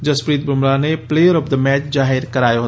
જસપ્રીસ બુમરાહને player of the match જાહેર કરાયો હતો